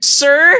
sir